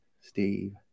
Steve